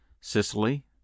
sicily